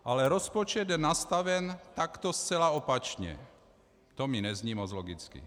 Ale rozpočet je nastaven takto zcela opačně, to mi nezní moc logicky.